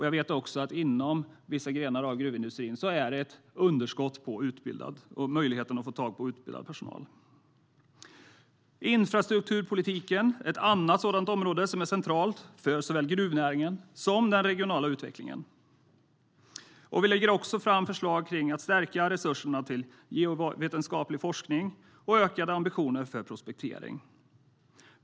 Jag vet också att inom vissa grenar av gruvindustrin är det ett underskott när det gäller möjligheten att få tag på utbildad personal. Vi lägger också fram förslag kring att stärka resurserna till geovetenskaplig forskning och ökade ambitioner för prospektering.